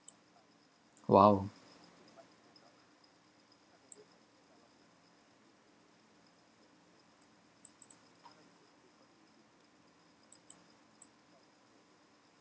!wow!